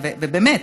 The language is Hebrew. באמת,